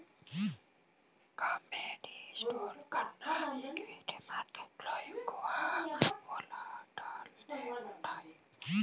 కమోడిటీస్లో కన్నా ఈక్విటీ మార్కెట్టులో ఎక్కువ వోలటాలిటీ ఉంటుంది